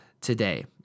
today